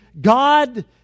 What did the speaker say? God